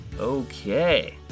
Okay